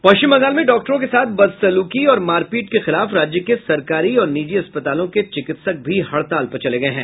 पश्चिम बंगाल में डॉक्टरों के साथ बदसलूकी और मारपीट के खिलाफ राज्य के सरकारी और निजी अस्पतालों के चिकित्सक भी हड़ताल पर चले गये हैं